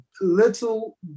Little